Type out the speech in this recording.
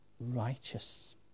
righteous